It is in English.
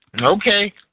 Okay